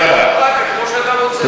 ואז זו תהיה דמוקרטיה כמו שאתה רוצה.